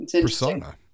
persona